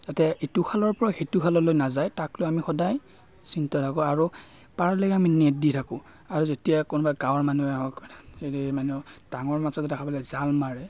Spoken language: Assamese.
যাতে ইটো খালৰ পৰা সিটো খাললৈ নাযায় তাক লৈ আমি সদায় চিন্তাত থাকো আৰু পাৰালৈকে আমি নেট দি থাকো আৰু যেতিয়া কোনোবা গাঁৱৰ মানুহে হওক মানে ডাঙৰ মাছ দেখা পালে জাল মাৰে